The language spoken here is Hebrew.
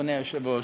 אדוני היושב-ראש.